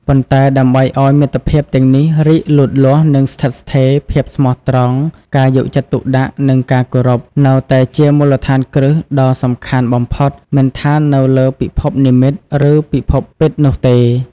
ប៉ុន្តែដើម្បីឱ្យមិត្តភាពទាំងនេះរីកលូតលាស់ និងស្ថិតស្ថេរ ភាពស្មោះត្រង់ ការយកចិត្តទុកដាក់ និងការគោរព នៅតែជាមូលដ្ឋានគ្រឹះដ៏សំខាន់បំផុត មិនថានៅលើពិភពនិម្មិត ឬពិភពពិតនោះទេ។